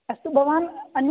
अस्तु भवान् अन्य